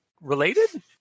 related